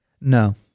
no